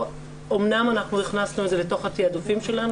אמנם אנחנו הכנסנו את זה לתוך התיעדופים שלנו